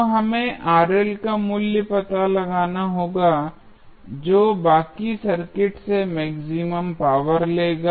तो हमें के मूल्य का पता लगाना होगा जो बाकी सर्किट से मैक्सिमम पावर लेगा